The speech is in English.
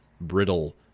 brittle